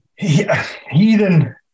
heathen